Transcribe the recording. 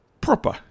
proper